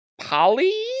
Polly